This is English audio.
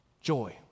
joy